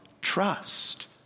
trust